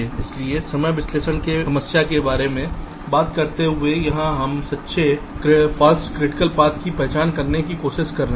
इसलिए समय विश्लेषण समस्या के बारे में बात करते हुए यहां हम सच्चे और झूठे महत्वपूर्ण पाथ्स की पहचान करने की कोशिश कर रहे हैं